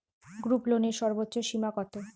গ্রুপলোনের সর্বোচ্চ সীমা কত?